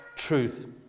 truth